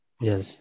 Yes